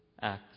acts